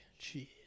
Jeez